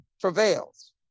prevails